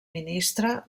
ministre